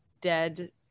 dead